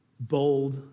Bold